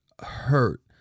hurt